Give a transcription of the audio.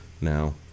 Now